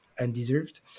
undeserved